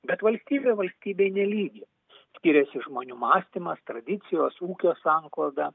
bet valstybė valstybei nelygi skiriasi žmonių mąstymas tradicijos ūkio sankloda